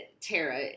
Tara